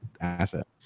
asset